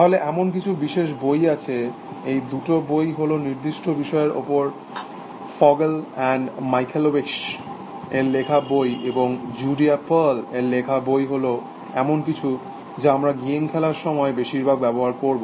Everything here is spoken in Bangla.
তাহলে এমন কিছু বিশেষ বই আছে এই দুটো বই হল নির্দিষ্ট বিষয়ের ওপর ফগেল অ্যান্ড মিচালেউইজ এর লেখা বই এবং জুডিয়া পার্লের এর লেখা বই হল এমন কিছু যা আমরা গেম খেলার সময় বেশিরভাগ ব্যবহার করব